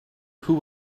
who